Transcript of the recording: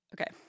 Okay